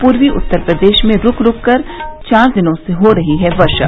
पूर्वी उत्तर प्रदेश में रूक रूक कर चार दिनों से हो रही वर्षा